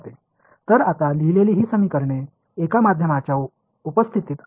तर आता लिहिलेली ही समीकरणे एका माध्यमाच्या उपस्थितीत आहेत